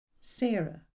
Sarah